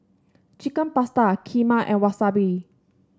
Chicken Pasta Kheema and Wasabi